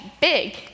big